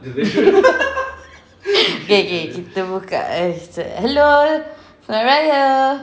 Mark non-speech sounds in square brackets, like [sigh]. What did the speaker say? [laughs] okay okay kita buka eh hello selamat hari raya